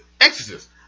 Exorcist